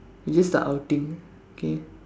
it's just a outing K